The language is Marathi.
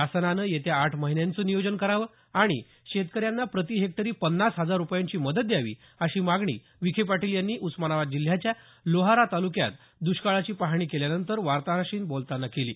शासनानं येत्या आठ महिन्यांचं नियोजन करावं आणि शेतकऱ्यांना प्रतिहेक्टरी पन्नास हजार रूपयांची मदत द्यावी अशी मागणी विखे पाटील यांनी उस्मानाबाद जिल्ह्याच्या लोहारा तालुक्यात द्ष्काळाची पाहणी केल्यानंतर वार्ताहरांशी बोलतांना केली